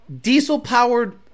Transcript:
diesel-powered